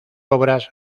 obras